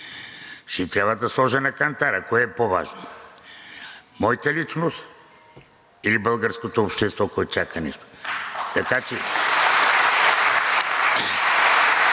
Ще трябва да сложа на кантара кое е по-важно – моята личност или българското общество, което чака нещо?